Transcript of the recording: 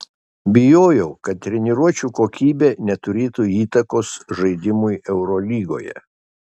bijojau kad treniruočių kokybė neturėtų įtakos žaidimui eurolygoje